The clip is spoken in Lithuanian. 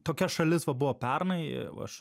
tokia šalis va buvo pernai aš